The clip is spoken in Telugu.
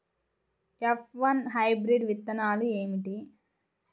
ఎఫ్ వన్ హైబ్రిడ్ విత్తనాలు ఏమిటి?